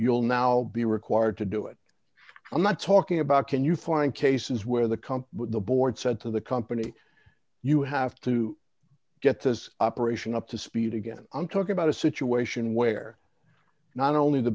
you'll now be required to do it i'm not talking about can you find cases where the come with the board said to the company you have to get this operation up to speed again i'm talking about a situation where not only the